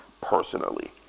personally